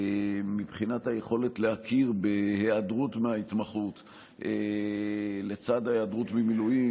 מבחינת היכולת להכיר בהיעדרות מההתמחות לצד ההיעדרות ממילואים.